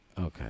Okay